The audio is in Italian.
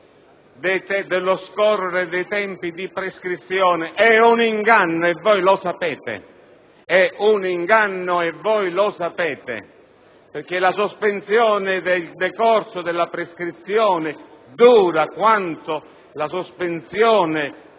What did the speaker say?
dello scorrere dei tempi di prescrizione: è un inganno, e voi lo sapete, perché la sospensione del decorso della prescrizione dura quanto la sospensione